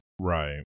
Right